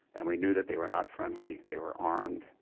and we knew that they were not friendly. they were armed.